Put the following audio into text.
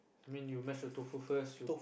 I mean you mash the tofu first you